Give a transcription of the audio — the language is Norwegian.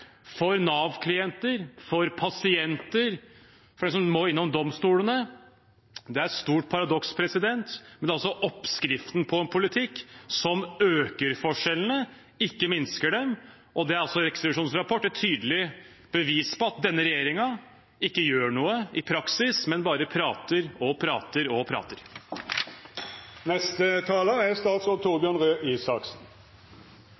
for Nav-klienter, for pasienter, for dem som må innom domstolene – det er et stort paradoks, men det er også oppskriften på en politikk som øker forskjellene, ikke minsker dem. Det er Riksrevisjonens rapport et tydelig bevis på: at denne regjeringen ikke gjør noe i praksis, men bare prater og prater og prater.